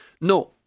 no